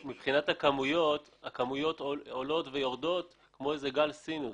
הכמויות עולות ויורדות כמו איזה גל סינוס.